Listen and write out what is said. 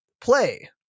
play